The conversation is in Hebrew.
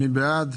מי בעד?